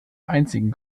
einzigen